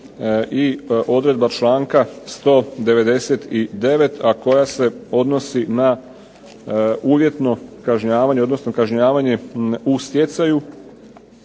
i odredba članka 199., a koja se odnosi na uvjetno kažnjavanje, odnosno